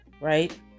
right